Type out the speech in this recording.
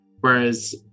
Whereas